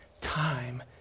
time